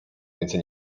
więcej